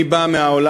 אני בא מהעולם